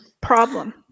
problem